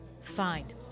Fine